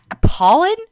pollen